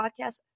podcast